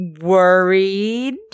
worried